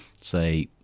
say